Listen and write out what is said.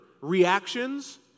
reactions